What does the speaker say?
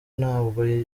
ntabwo